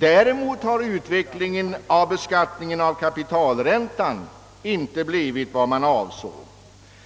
Däremot har utvecklingen rörande beskattning av kapitalräntan inte blivit den väntade.